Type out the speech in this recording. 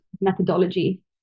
methodology